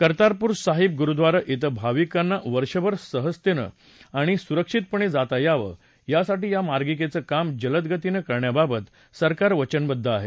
कर्तारपूर साहिब गुरुद्वारा धिं भाविकांना वर्षभर सहजतेनं आणि सुरक्षितपणे जाता यावं यासाठी या मार्गिकेचं काम जलदगतीनं करण्याबाबत सरकार वचनबद्द आहे